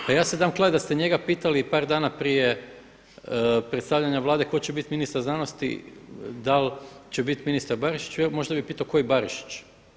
Pa ja se dam kladit da ste njega pitali i par dana prije predstavljanja Vlade tko će bit ministar znanosti dal' će bit ministar Barišić, možda bih pitao koji Barišić.